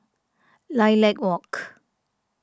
Lilac Walk